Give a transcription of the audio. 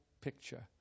picture